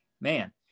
Man